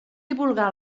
divulgar